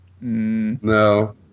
no